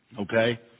okay